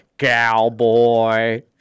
Cowboy